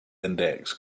index